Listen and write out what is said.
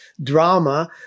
drama